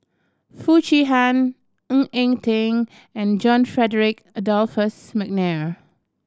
Foo Chee Han Ng Eng Teng and John Frederick Adolphus McNair